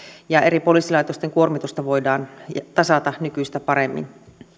ja eri poliisilaitosten kuormitusta voidaan tasata nykyistä paremmin